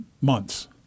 months